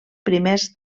primers